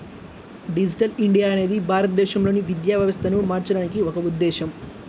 digital India అనేది భారతదేశంలోని విద్యా వ్యవస్థను మార్చడానికి ఒక ఉద్ధేశం